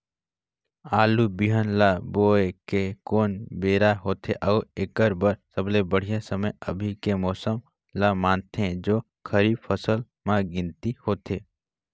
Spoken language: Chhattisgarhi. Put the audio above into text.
आलू बिहान ल बोये के कोन बेरा होथे अउ एकर बर सबले बढ़िया समय अभी के मौसम ल मानथें जो खरीफ फसल म गिनती होथै?